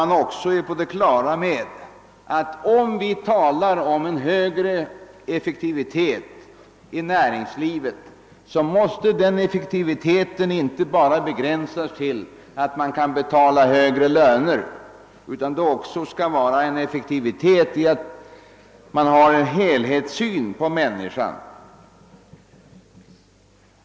När vi talar om en högre effektivitet i näringslivet måste vi vara på det klara med att denna effektivitet inte får begränsas till att man kan betala högre löner, utan vi måste ha en helhetssyn på människan.